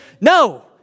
No